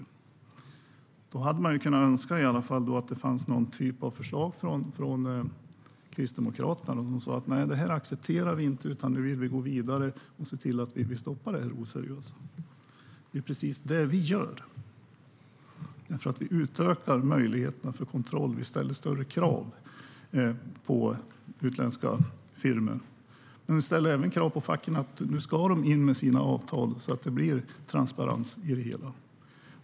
Då hade jag önskat att det fanns ett förslag från Kristdemokraterna om att ni inte accepterar detta utan vill gå vidare och stoppa det oseriösa. Det är precis det vi gör, för vi utökar möjligheterna till kontroll och ställer större krav på utländska firmor. Vi ställer även krav på att facken ska in med sina avtal så att det blir en transparens i detta.